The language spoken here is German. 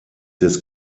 des